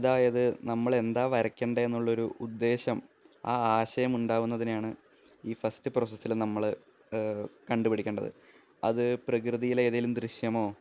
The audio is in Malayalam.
അതായത് നമ്മളെന്താ വരക്കണ്ടേ എന്നുള്ളൊരു ഉദ്ദേശം ആ ആശയം ഉണ്ടാകുന്നതിനെയാണ് ഈ ഫസ്റ്റ് പ്രോസസില് നമ്മൾ കണ്ടുപിടിക്കേണ്ടത് അത് പ്രകൃതിയിലെ ഏതെങ്കിലും ദൃശ്യമോ